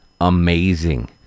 amazing